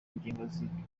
ngingo